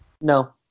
No